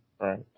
Right